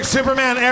Superman